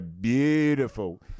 Beautiful